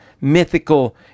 mythical